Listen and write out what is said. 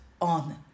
on